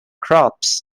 crops